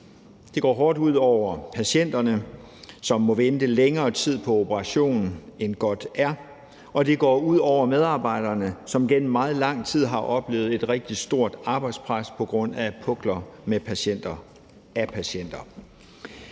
Det går hårdt ud over patienterne, som må vente længere tid på operation, end godt er, og det går ud over medarbejderne, som gennem meget lang tid har oplevet et rigtig stort arbejdspres på grund af pukler af patienter.